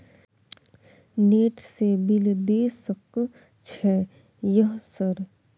Net से bill देश सक छै यह सर?